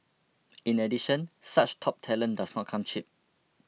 in addition such top talent does not come cheap